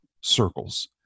circles